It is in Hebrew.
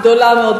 גדולה מאוד,